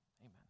Amen